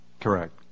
Correct